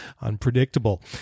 unpredictable